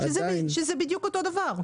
שזה בדיוק אותו הדבר.